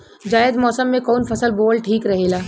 जायद मौसम में कउन फसल बोअल ठीक रहेला?